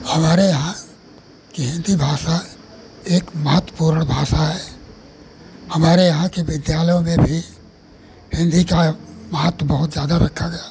हमारे यहाँ की हिन्दी भाषा एक महत्वपूर्ण भाषा है हमारे यहाँ के विद्यालयों में भी हिन्दी का महत्व बहुत ज़्यादा रखा गया है